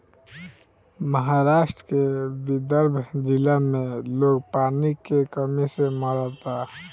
महाराष्ट्र के विदर्भ जिला में लोग पानी के कमी से मरता